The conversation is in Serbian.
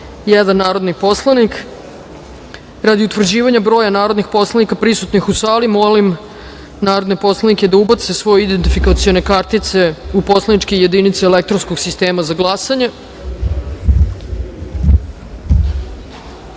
101 narodni poslanik. Radi utvrđivanja broja narodnih poslanika prisutnih u sali, molim narodne poslanike da ubace svoje identifikacione kartice u poslaničke jedinice elektronskog sistema za